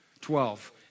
Twelve